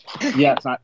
Yes